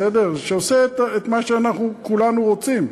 ועושה את מה שאנחנו כולנו רוצים,